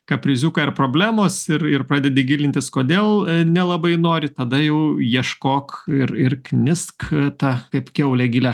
kapriziukai ar problemos ir ir pradedi gilintis kodėl nelabai nori tada jau ieškok ir ir knisk tą kaip kiaulė gilią